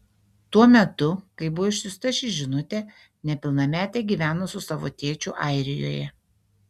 tuo metu kai buvo išsiųsta ši žinutė nepilnametė gyveno su savo tėčiu airijoje